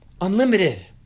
unlimited